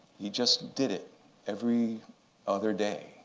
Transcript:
he just did it every other day.